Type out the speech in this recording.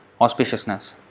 auspiciousness